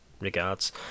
regards